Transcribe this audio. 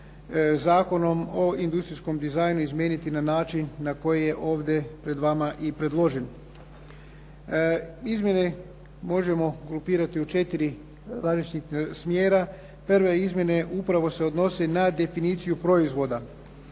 Zakonom o industrijskom dizajnu izmijeniti na način na koji je ovdje pred vama i predložen. Izmjene možemo grupirati u četiri različita smjera. Prve izmjene upravo se odnose na definiciju proizvoda.